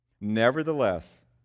nevertheless